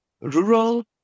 rural